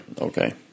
Okay